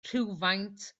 rhywfaint